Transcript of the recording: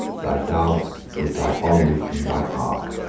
thy dove with thy olive in thy ark,